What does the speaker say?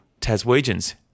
Taswegians